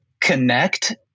connect